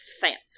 fancy